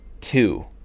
two